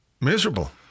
Miserable